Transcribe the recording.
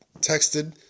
texted